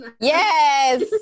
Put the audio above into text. yes